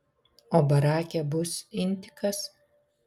o barake bus intikas